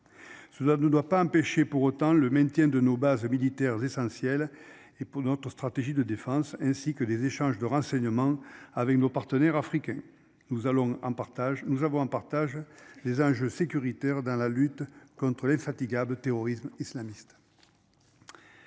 Cela ne doit pas empêcher pour autant le maintien de nos bases militaires essentiel et pour notre stratégie de défense ainsi que des échanges de renseignements avec nos partenaires africains. Nous allons un partage. Nous avons en partage les enjeux sécuritaires dans la lutte contre l'infatigable terrorisme islamiste.